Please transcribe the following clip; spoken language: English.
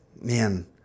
Man